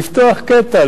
לפתוח קטע,